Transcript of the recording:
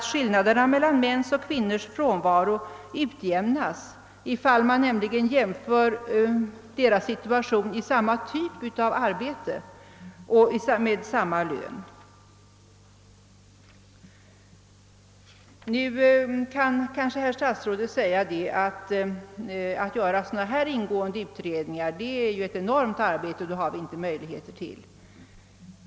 Skillnaden mellan mäns och kvinnors frånvaro utjämnas nämligen, ifall man jämför deras situation i samma typ av arbete med samma lön. Statsrådet kan kanske säga att vi inte har möjligheter att göra dylik ingående utredning, ty det skulle innebära ett stort arbete.